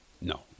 No